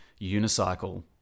unicycle